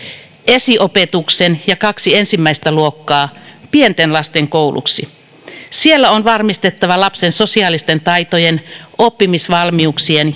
esiopetuksen ja kaksi ensimmäistä luokkaa pienten lasten kouluksi siellä on varmistettava lapsen sosiaalisten taitojen oppimisvalmiuksien